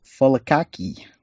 Folakaki